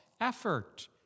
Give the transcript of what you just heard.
effort